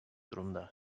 durumda